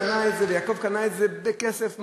קנה את זה בכסף מלא,